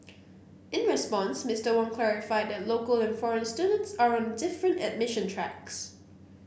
in response Mister Wong clarified that local and foreign students are on different admission tracks